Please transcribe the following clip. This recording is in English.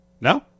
No